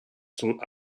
sont